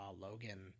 Logan